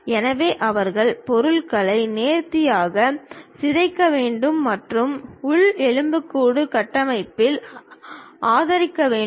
எனவே அவர்கள் பொருளை நேர்த்தியாக சிதைக்க வேண்டும் மற்றும் உள் எலும்புக்கூடு கட்டமைப்பால் ஆதரிக்கப்பட வேண்டும்